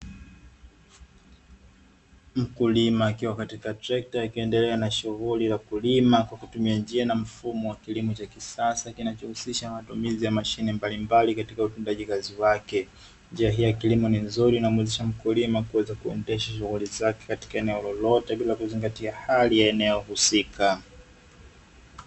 Mkulima akiwa katika trekta ikiendelea na shughuli ya kulima kwa kutumia njia na mfumo wa kilimo cha kisasa kinachohusisha matumizi ya mashine mbalimbali katika utendaji kazi wake, njia hii ya kilimo ni nzuri inamuwezesha mkulima kuweza kuendesha shughuli zake katika eneo lolote bila kuzingatia hali ya eneo husika.